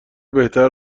بهتر